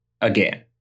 again